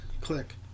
Click